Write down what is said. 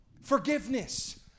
Forgiveness